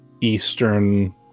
Eastern